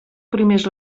primers